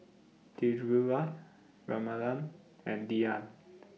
Dhirubhai Ramanand and Dhyan